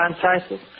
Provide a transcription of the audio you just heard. franchises